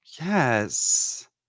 Yes